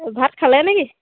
ভাত খালে নেকি